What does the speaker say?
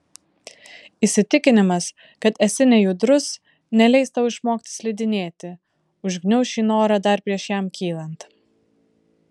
įsitikinimas kad esi nejudrus neleis tau išmokti slidinėti užgniauš šį norą dar prieš jam kylant